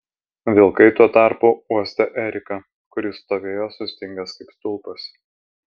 vilkai tuo tarpu uostė eriką kuris stovėjo sustingęs kaip stulpas